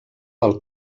del